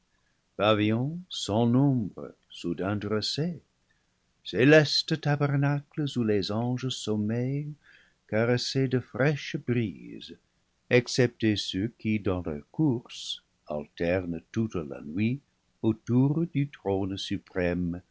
sans nombre soudain dressés célestes tabernacles où les anges sommeillent caressés de fraîches brises excepté ceux qui dans leur course alternent toute la nuit autour du trône suprême